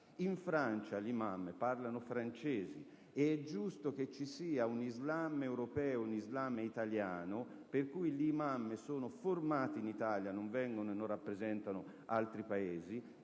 in Francia gli imam parlano francese. È giusto che ci sia un Islam europeo, un Islam italiano e che gli imam siano formati in Italia, senza rappresentare altri Paesi.